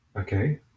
Okay